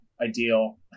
ideal